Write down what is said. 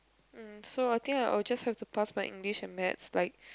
mm so I think I'll just have to pass my English and maths like